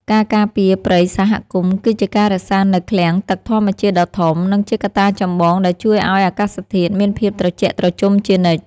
ការការពារព្រៃសហគមន៍គឺជាការរក្សានូវឃ្លាំងទឹកធម្មជាតិដ៏ធំ និងជាកត្តាចម្បងដែលជួយឱ្យអាកាសធាតុមានភាពត្រជាក់ត្រជុំជានិច្ច។